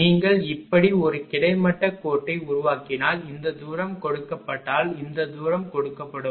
நீங்கள் இப்படி ஒரு கிடைமட்ட கோட்டை உருவாக்கினால் இந்த தூரம் கொடுக்கப்பட்டால் இந்த தூரம் கொடுக்கப்படும்